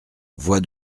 voix